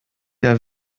der